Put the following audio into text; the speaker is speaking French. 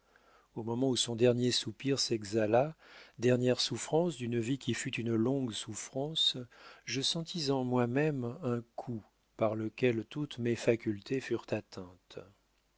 au moment où son dernier soupir s'exhala dernière souffrance d'une vie qui fut une longue souffrance je sentis en moi-même un coup par lequel toutes mes facultés furent atteintes